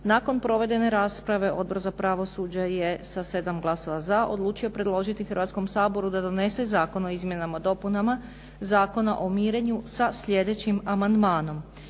Nakon provedene rasprave Odbor za pravosuđe je sa 7 glasova za odlučio predložiti Hrvatskom saboru da donese zakon o izmjenama i dopunama Zakona o mirenju sa sljedećim amandmanom.